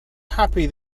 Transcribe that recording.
happy